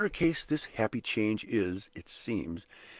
but in her case this happy change is, it seems,